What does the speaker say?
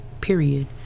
period